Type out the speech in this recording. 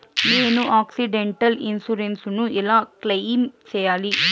నేను accidental insurance ను ఎలా క్లెయిమ్ సేయాలి?